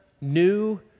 new